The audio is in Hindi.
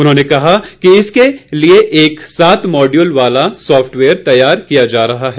उन्होंने कहा कि इसके लिए एक सात मॉडयूल वाला एक सॉफ्टवेयर तैयार किया जा रहा है